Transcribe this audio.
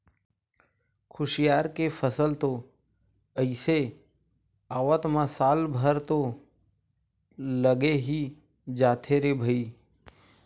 खुसियार के फसल तो अइसे आवत म साल भर तो लगे ही जाथे रे भई